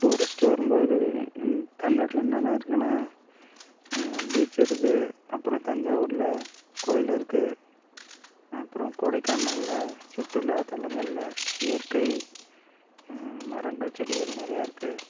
tourist வரும் போது தமிழ் நாட்டில என்னான இருக்குதுன்னா பீச் இருக்குது அப்புறம் தஞ்சாவூர்ல கோவில் இருக்குது அப்புறம் கொடைக்கானல்ல சுற்றுலா தளங்கள்ல இயற்கை மரங்கள் செடிகள் நிறையா இருக்குது